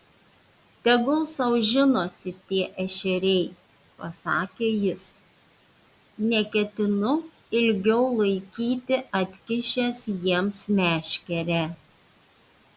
tegul sau žinosi tie ešeriai pasakė jis neketinu ilgiau laikyti atkišęs jiems meškerę